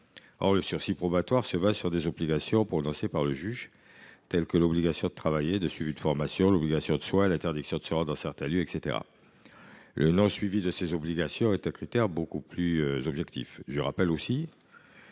or le sursis probatoire s’assortit d’obligations prononcées par le juge telles que l’obligation de travailler ou de suivre une formation, l’obligation de soins, l’interdiction de se rendre dans certains lieux, etc. Le non respect de ces obligations est un critère beaucoup plus objectif que celui qui